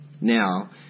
Now